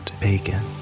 bacon